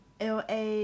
LA